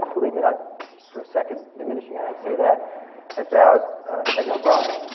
believe me, not for a second diminishing. and i'd say that about an o'brien,